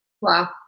wow